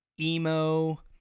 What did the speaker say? emo